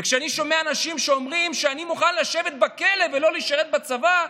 וכשאני שומע אנשים שאומרים: אני מוכן לשבת בכלא ולא לשרת בצבא,